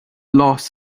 loss